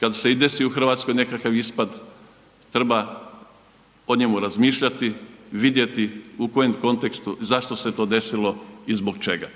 kad se i desi u Hrvatskoj nekakav ispad treba o njemu razmišljati, vidjeti u kojem kontekstu zašto se to desilo i zbog čega.